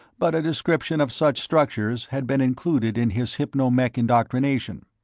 but a description of such structures had been included in his hypno-mech indoctrination.